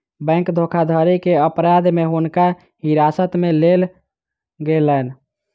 bank धोखाधड़ी के अपराध में हुनका हिरासत में लेल गेलैन